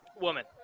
Woman